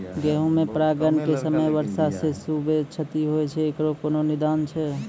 गेहूँ मे परागण के समय वर्षा से खुबे क्षति होय छैय इकरो कोनो निदान छै?